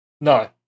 No